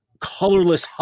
colorless